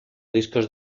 discos